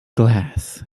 glass